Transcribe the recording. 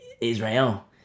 Israel